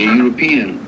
european